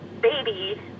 baby